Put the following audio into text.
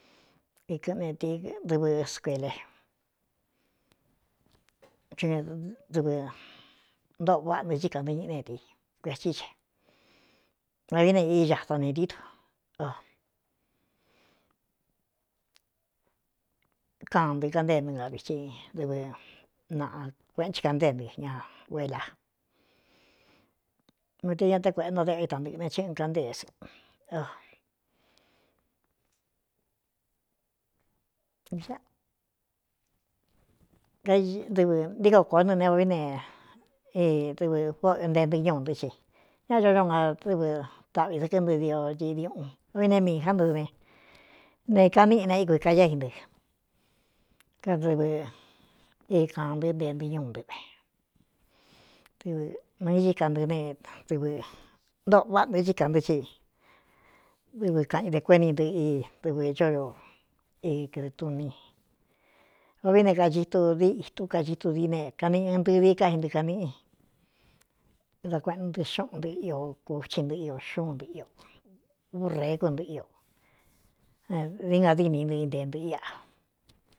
Ikɨꞌnetī dɨvɨ skuele un ña dɨvɨ ntóꞌō váꞌa nɨ hí kānɨ ñɨꞌi nédi kuetí ce vavií ne ii ñātan ne tíítu kan ndɨ kantée ntɨ na viti dɨvɨ naꞌa kuéꞌen chi kantée ntɨ ña uelā nute ña tákuēꞌe nto déꞌé itantɨ̄ꞌɨ̄ ne hí n kántéé ɨdɨvɨ ntíko kóó nɨ ne va vi ne dɨvɨ vóꞌꞌɨntee ntɨ ñuu ntɨ́ ce ñáꞌachódo nga dɨvɨ taꞌvi dɨkɨ́ntɨ dio tɨꞌ diuꞌun va vi ne miī jántɨɨve ne ika níꞌine ikvi kayá i dɨ kadɨvɨ i kān ntɨ́ ntee ntɨ ñuu ntɨ ve dɨvɨ nɨnñɨ í ka ntɨɨ ne dɨvɨ ntōꞌō váꞌa ntɨ chí kān tɨ́ ce dɨvɨ kaꞌ in de kuéꞌni ntɨ i dɨvɨ chódo i kɨdɨɨtuni va vií ne kacitu di itu kacitu dií ne kaniꞌi ɨ ndɨ di ká intɨɨ kaníꞌi da kueꞌen ndɨ xúꞌun ntɨ o kuci ntɨꞌɨo xuun nɨi reé kɨntɨꞌɨo dií ngadîni ntɨ i nte ntɨꞌɨ ia.